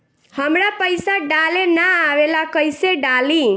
हमरा पईसा डाले ना आवेला कइसे डाली?